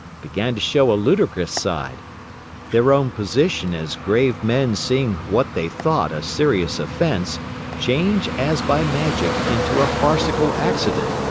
began to show a ludicrous side their own position as grave men seeing what they thought a serious offense change, as by magic, into a farcical accident,